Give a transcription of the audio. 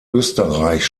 österreich